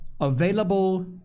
available